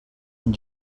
and